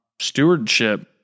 stewardship